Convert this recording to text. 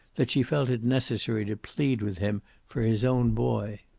that she felt it necessary to plead with him for his own boy.